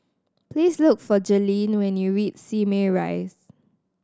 please look for Jailene when you reach Simei Rise